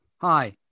Hi